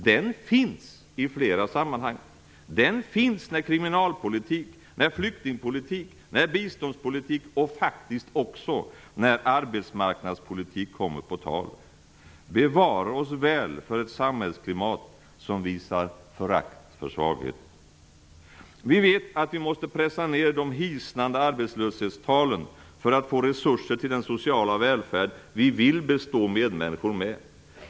Den finns i flera sammanhang. Den finns när kriminalpolitik, när flyktingpolitik, när biståndspolitik och faktiskt också när arbetsmarknadspolitik kommer på tal. Bevare oss väl för ett samhällsklimat som visar förakt för svaghet! Vi vet att vi måste pressa ner de hisnande arbetslöshetstalen för att få resurser till den sociala välfärd vi vill bestå medmänniskorna med.